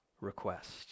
request